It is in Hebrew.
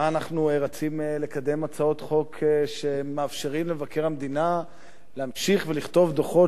למה אנחנו רצים לקדם הצעות חוק שמאפשרות למבקר המדינה להמשיך לכתוב דוחות